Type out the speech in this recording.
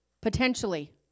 potentially